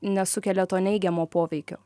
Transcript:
nesukelia to neigiamo poveikio